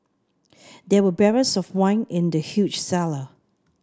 there were barrels of wine in the huge cellar